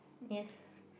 yes